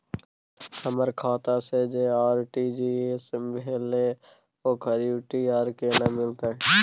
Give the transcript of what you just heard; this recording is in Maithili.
हमर खाता से जे आर.टी.जी एस भेलै ओकर यू.टी.आर केना मिलतै?